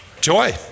Joy